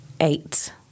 eight